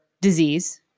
disease